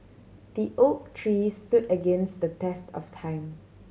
the oak tree stood against the test of time